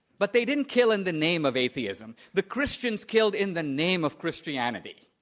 but they didn't kill in the name of atheism. the christians killed in the name of christianity.